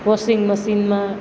washing મશીનમાં